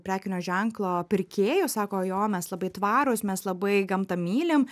prekinio ženklo pirkėjų sako jo mes labai tvarūs mes labai gamtą mylim